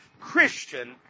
Christian